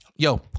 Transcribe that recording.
Yo